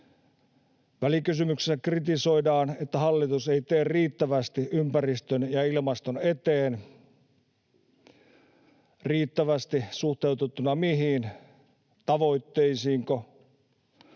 Välikysymyksessä kritisoidaan, että hallitus ei tee riittävästi ympäristön ja ilmaston eteen. Riittävästi suhteutettuna mihin? Tavoitteisiinko?